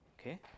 Okay